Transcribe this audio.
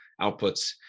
outputs